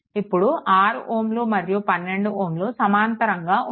ఇప్పుడు 6Ω మరియు 12 Ω సమాంతరంగా ఉన్నాయి